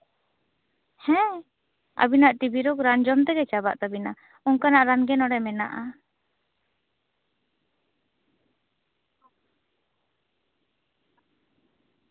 ᱦᱮᱸ ᱟᱵᱤᱱᱟᱜ T B ᱨᱳᱜᱽ ᱨᱟᱱ ᱡᱚᱢ ᱛᱮᱜᱮ ᱪᱟᱵᱟᱜ ᱛᱟᱵᱤᱱᱟ ᱚᱝᱠᱟᱱᱟᱜ ᱨᱟᱱ ᱜᱮ ᱱᱚᱸᱰᱮ ᱢᱮᱱᱟᱜᱼᱟ